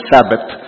Sabbath